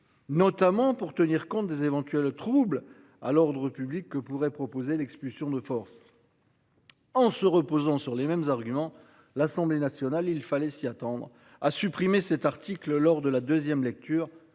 Notamment pour tenir compte des éventuels troubles à l'ordre public que pourrait proposer l'expulsion de force. En se reposant sur les mêmes arguments. L'Assemblée nationale il fallait s'y attendre à supprimer cet article lors de la deuxième lecture